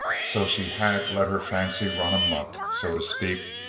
so she had let her fancy run amuck, so to speak,